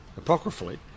apocryphally